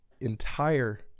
entire